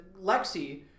Lexi